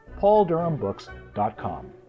pauldurhambooks.com